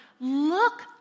look